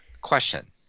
Question